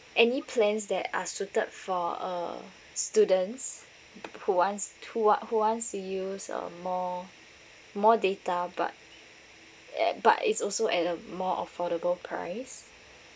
any plans that are suited for uh students who wants to wa~ who wants to use uh more more data but err but it's also at a more affordable price